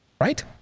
Right